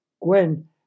Gwen